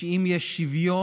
שאם יש שוויון,